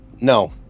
No